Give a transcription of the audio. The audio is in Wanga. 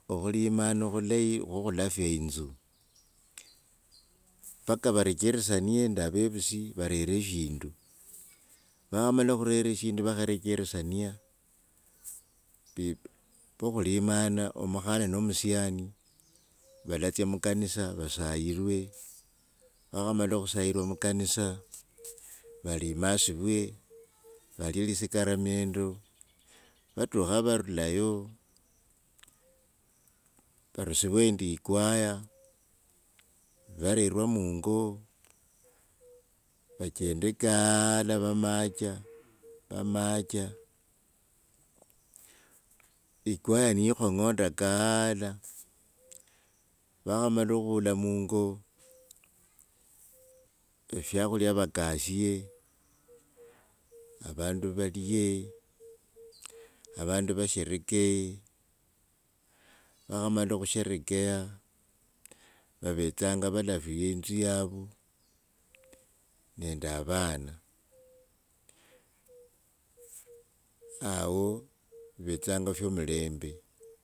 Ovulimano vulayi vyokhulafia insu, paka varecheresiane mende avevusi varere eshindu nivakhamala khurera shindu varecheresiana bib vokhulimana omukhana no musiani valatsia mukanisa vasairwe, nivakhamala okhusairwa mukanisa valivasilwe valie elisikaramendu, vatukha varulayo varusiiwo nende ikwaya varerwa mungo vachende kaal vamacha, vamacha ikwaya niikhong’onda kala vakhamala khula mungo eshakhulia vakashie, avandu valie avandu vasherekee, nivakhamala khusherekea vavetsamga valafie yinsu yavo nende avana, awo fuvetsanga fwo mulembe.